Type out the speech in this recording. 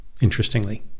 Interestingly